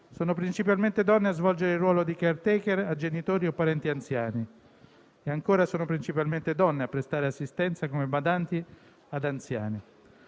sono principalmente donne a svolgere il ruolo di *caretaker* a genitori o parenti anziani; ancora, sono principalmente donne a prestare assistenza come badanti ad anziani.